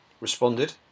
responded